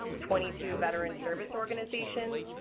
twenty two veteran service organizations,